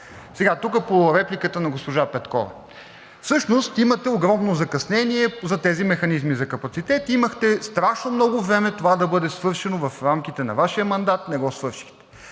По репликата на госпожа Петкова. Имате огромно закъснение за тези механизми за капацитет, имахте страшно много време това да бъде свършено в рамките на Вашия мандат – не го свършихте.